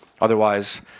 Otherwise